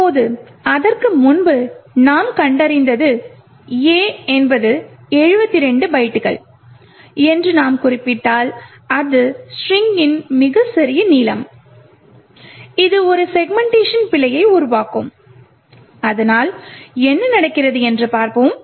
இப்போது அதற்கு முன்பே நாம் கண்டறிந்தது A என்பது 72 பைட்டுகள் என்று நாம் குறிப்பிட்டால் இது ஸ்ட்ரிங்கின் மிகச்சிறிய நீளம் இது ஒரு செக்மென்ட்டேஷன் பிழையை உருவாக்கும் அதனால் என்ன நடக்கிறது என்று பார்ப்போம்